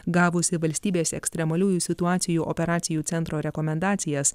gavusi valstybės ekstremaliųjų situacijų operacijų centro rekomendacijas